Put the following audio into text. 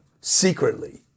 secretly